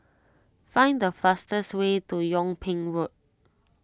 find the fastest way to Yung Ping Road